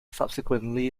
subsequently